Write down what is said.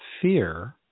fear